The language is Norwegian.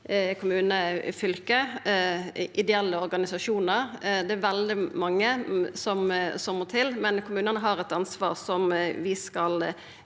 kommune, fylke og ideelle organisasjonar. Det er veldig mange som må til, men kommunane har eit ansvar som vi skal